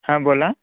हां बोला